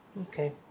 Okay